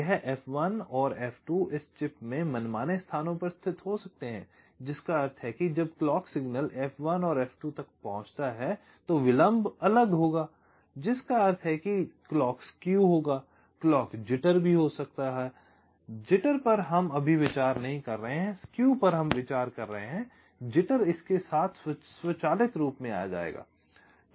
यह F1 और F2 इस चिप में मनमाने स्थानों पर स्थित हो सकते हैं जिसका अर्थ है जब क्लॉक सिग्नल F1 और F2 तक पहुंचता है तो विलंब अलग होगा जिसका अर्थ है कि क्लॉक स्केव होगा क्लॉक जिटर भी हो सकती है जिटर पर हम अभी विचार नहीं कर रहे हैं स्केव पर हम विचार कर रहे हैं जिटर इसके साथ स्वचालित रूप से आ जाएगा